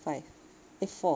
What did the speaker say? five eh four